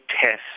tests